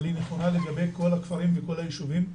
אבל היא נכונה לגבי כל הכפרים וכל היישובים.